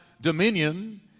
dominion